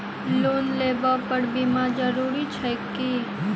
Loan लेबऽ पर बीमा जरूरी छैक की?